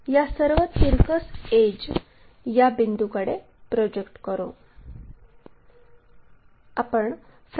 या सर्व तिरकस एड्ज या बिंदूकडे प्रोजेक्ट करू